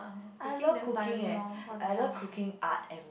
I love cooking eh I love cooking art and